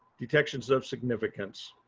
detections of significance.